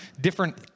different